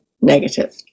negative